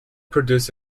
produced